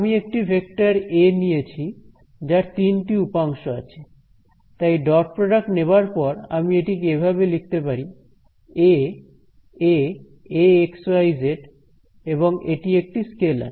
আমি একটি ভেক্টর এ নিয়েছি যার তিনটি উপাংশ আছে তাই ডট প্রডাক্ট নেবার পর আমি এটিকে এভাবে লিখতে পারি A A Ax y z এবং এটি একটি স্কেলার